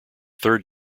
third